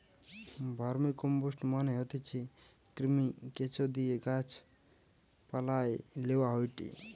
vermicompost মানে হতিছে কৃমি, কেঁচোদিয়ে গাছ পালায় লেওয়া হয়টে